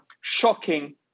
Shocking